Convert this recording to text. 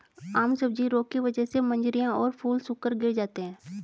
आम सब्जी रोग की वजह से मंजरियां और फूल सूखकर गिर जाते हैं